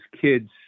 kids